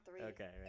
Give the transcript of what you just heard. Okay